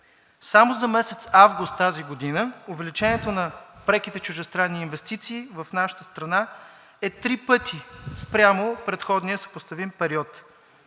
Само за месец август тази година увеличението на преките чуждестранни инвестиции в нашата страна е три пъти спрямо предходния съпоставим период